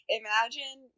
imagine